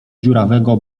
dziurawego